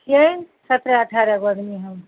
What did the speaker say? हँ सत्रह अठारह गो आदमी होउ